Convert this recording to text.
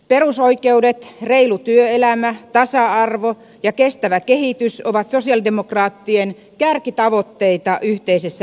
perusoikeudet reilu työelämä tasa arvo ja kestävä kehitys ovat sosialidemokraattien kärkitavoitteita yhteisessä euroopassa